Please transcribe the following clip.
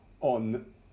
on